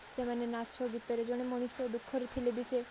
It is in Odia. ସେମାନେ ନାଚ ଗୀତରେ ଜଣେ ମଣିଷ ଦୁଖରେ ଥିଲେ ବି ସେ